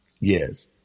Yes